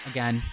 Again